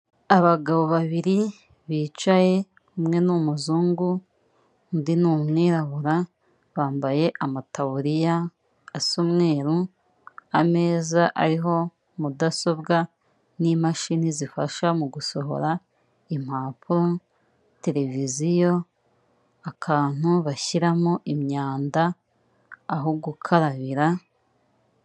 Abagabo babiri bicaye umwe ni umuzungu, undi ni umwirabura bambaye amataburiya asa umweru, ameza ariho mudasobwa n'imashini zifasha mu gusohora impapuro, televiziyo, akantu bashyiramo imyanda, aho gukarabira.